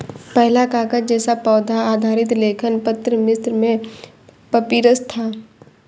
पहला कागज़ जैसा पौधा आधारित लेखन पत्र मिस्र में पपीरस था